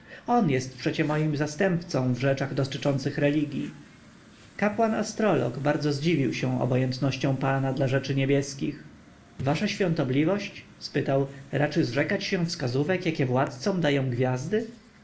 on jest przecie moim zastępcą w rzeczach dotyczących religji kapłan-astrolog bardzo zdziwił się obojętności pana dla rzeczy niebieskich wasza świątobliwość spytał raczy zrzekać się wskazówek jakie władcom dają gwiazdy